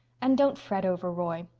and don't fret over roy.